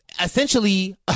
Essentially